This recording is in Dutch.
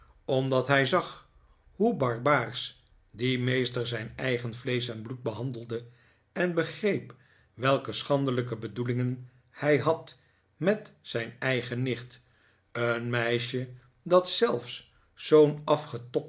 omdat hij zag hoe barbaarsch die meester zijn eigen vleesch en bloed behandelde en begreep welke schandelijke bedoelingen hij had met zijn eigen nicht een meisje dat zelfs zoo'n